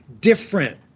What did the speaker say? different